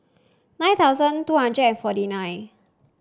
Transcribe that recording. nine thousand two hundred and forty nine